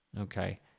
Okay